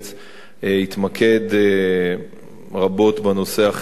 התמקד רבות בנושא החברתי,